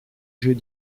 jeux